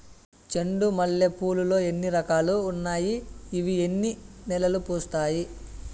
చెండు మల్లె పూలు లో ఎన్ని రకాలు ఉన్నాయి ఇవి ఎన్ని నెలలు పూస్తాయి